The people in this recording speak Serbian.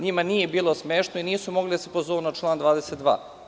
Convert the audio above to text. Njima nije bilo smešno i nisu mogli da se pozovu na član 22.